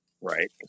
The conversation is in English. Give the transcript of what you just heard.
Right